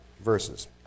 Verses